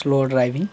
slow driving